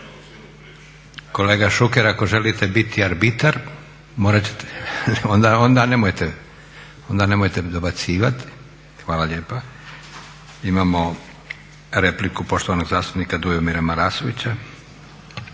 Kolega Šuker ako želite biti arbitar morat ćete, ona nemojte dobacivati. Hvala lijepa. Imamo repliku poštovanog zastupnika Dujomira Marasovića.